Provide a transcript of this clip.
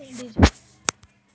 Personal ऋण का होथे?